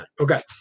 Okay